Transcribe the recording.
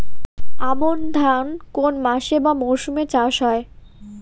আমন ধান কোন মাসে বা মরশুমে চাষ হয়?